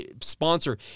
sponsor